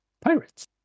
pirates